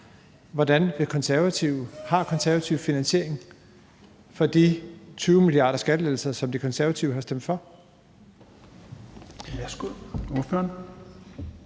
Har De Konservative finansieringen til de 20 mia. kr. i skattelettelser, som De Konservative har stemt for?